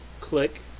click